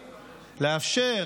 לאפשר,